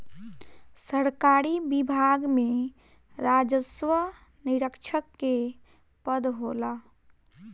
सरकारी विभाग में राजस्व निरीक्षक के पद होला